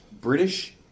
British